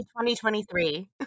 2023